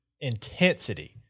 intensity